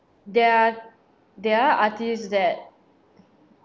there are there are artists that